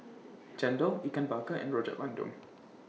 Chendol Ikan Bakar and Rojak Bandung